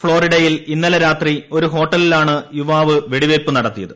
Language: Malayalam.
ഫ്ളോറിഡയിൽ ഇന്നലെ രാത്രി ഒരു ഹോട്ടലിലാണ് യുവാവ് വെടിവയ്പ് നടത്തിയത്